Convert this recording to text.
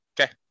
Okay